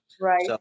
Right